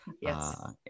Yes